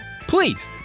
please